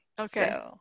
Okay